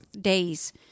days